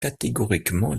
catégoriquement